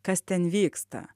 kas ten vyksta